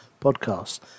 podcast